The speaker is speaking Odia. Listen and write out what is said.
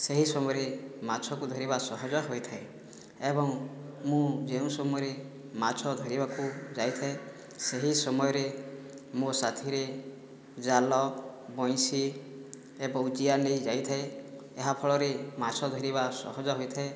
ସେହି ସମୟରେ ମାଛକୁ ଧରିବା ସହଜ ହୋଇଥାଏ ଏବଂ ମୁଁ ଯେଉଁ ସମୟରେ ମାଛ ଧରିବାକୁ ଯାଇଥାଏ ସେହି ସମୟରେ ମୋ' ସାଥିରେ ଜାଲ ବଇଁଶି ଏବଂ ଜିଆ ନେଇ ଯାଇଥାଏ ଏହା ଫଳରେ ମାଛ ଧରିବା ସହଜ ହୋଇଥାଏ